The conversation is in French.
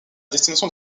destination